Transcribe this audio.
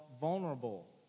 vulnerable